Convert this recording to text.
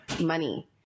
money